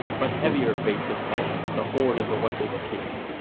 but heavier fates have fallen the horn of the wessex kings,